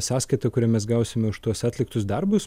sąskaitą kurią mes gausime už tuos atliktus darbus